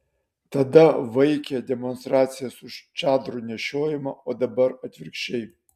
tada vaikė demonstracijas už čadrų nešiojimą dabar atvirkščiai